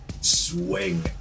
swing